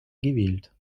gewählt